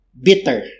bitter